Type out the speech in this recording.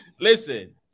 Listen